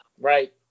Right